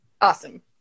awesome